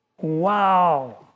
Wow